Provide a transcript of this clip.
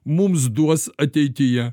mums duos ateityje